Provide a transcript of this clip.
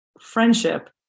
friendship